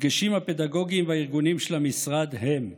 הדגשים הפדגוגיים והארגוניים של המשרד הם,